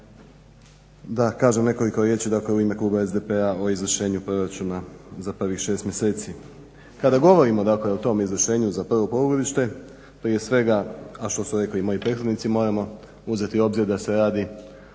da kažem nekoliko riječi dakle u ime kluba SDP-a o izvršenju proračuna za prvih 6 mjeseci. Kada govorimo, dakle o tom izvršenju za prvo polugodište, prije svega a što su rekli i moji prethodnici moramo uzeti u obzir da se radi